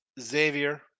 Xavier